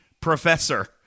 professor